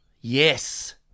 Yes